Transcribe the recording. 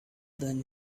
then